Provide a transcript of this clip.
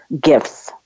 gifts